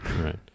right